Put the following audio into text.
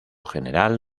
general